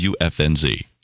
wfnz